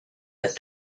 that